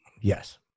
Yes